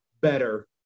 better